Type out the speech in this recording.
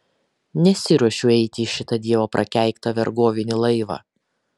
nesiruošiu eiti į šitą dievo prakeiktą vergovinį laivą